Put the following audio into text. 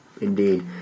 indeed